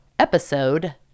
Episode